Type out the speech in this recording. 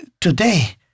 today